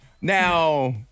now